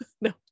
no